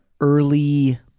early